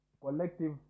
Collective